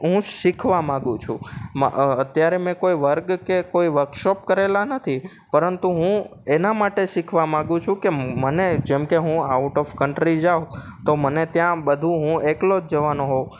હું શીખવા માંગુ છું મા અત્યારે મેં કોઈ વર્ગ કે કોઈ વર્કશોપ કરેલા નથી પરંતુ હું એના માટે શીખવા માંગુ છું કે મને જેમ કે હું આઉટ ઓફ કન્ટ્રી જાઉં તો મને ત્યાં બધું હું એકલો જ જવાનો